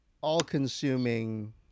all-consuming